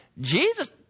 Jesus